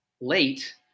late